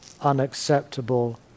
unacceptable